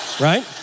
right